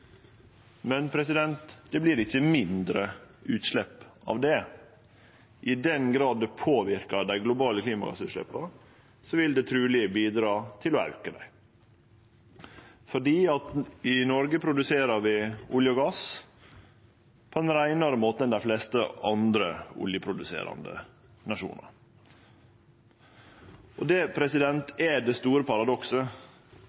Men det vert ikkje mindre utslepp av det. I den grad det påverkar dei globale klimagassutsleppa, vil det truleg bidra til å auke dei, for i Noreg produserer vi olje og gass på ein reinare måte enn dei fleste andre oljeproduserande nasjonar. Det er det